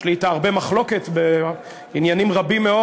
שיש לי אתה הרבה מחלוקות בעניינים רבים מאוד.